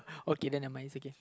okay then never mind is okay